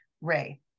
ray